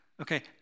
Okay